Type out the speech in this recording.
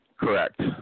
Correct